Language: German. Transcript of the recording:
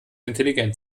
intelligent